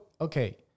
okay